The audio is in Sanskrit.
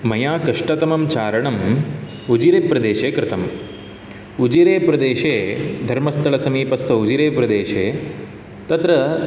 मया कष्टतमं चारणम् उजिरेप्रदेशे कृतम् उजिरेप्रदेशे धर्मस्थळसमीपस्थ उजिरेप्रदेशे तत्र